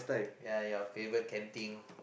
ya your favourite canteen